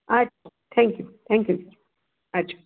आ thank you thank you अच्छा